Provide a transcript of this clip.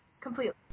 completely